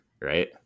Right